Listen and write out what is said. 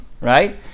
right